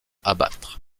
abattre